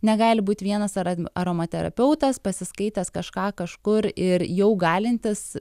negali būt vienas ara aromaterapeutas pasiskaitęs kažką kažkur ir jau galintis